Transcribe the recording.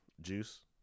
Juice